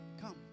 come